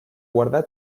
guardar